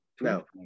no